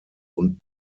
und